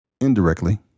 indirectly